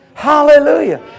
Hallelujah